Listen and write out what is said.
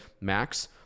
Max